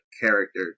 character